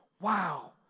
Wow